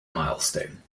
milestone